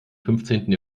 fünfzehnten